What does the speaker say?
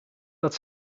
dat